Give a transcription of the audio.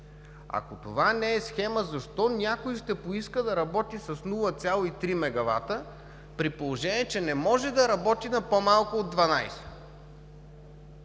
Ако това не е схема, защо някой ще поиска да работи с 0,3 мегавата, при положение че не може да работи на по-малко от 12 мегавата?!